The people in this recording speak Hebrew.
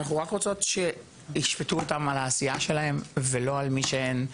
אנחנו רק רוצה שישפטו אותן על העשייה שלהם ולא על מי שהן,